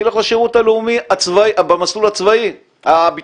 שיילך לשירות הלאומי במסלול הביטחוני.